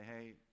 hey